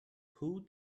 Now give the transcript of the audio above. who